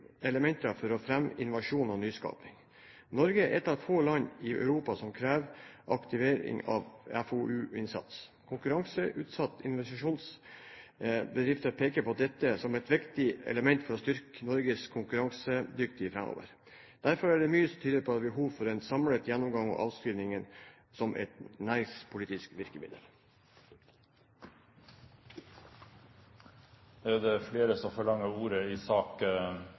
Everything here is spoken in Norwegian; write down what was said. elementer for å fremme innovasjon og nyskaping. Norge er ett av få land i Europa som krever aktivering av FoU-innsats. Konkurranseutsatte innovasjonsbedrifter peker på dette som et viktig element for å styrke Norges konkurransedyktighet framover. Derfor er det mye som tyder på at det er behov for en samlet gjennomgang av avskrivninger som et næringspolitisk virkemiddel. Representanten Kenneth Svendsen har tatt opp det